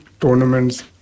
tournaments